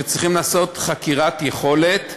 צריכים לעשות חקירת יכולת,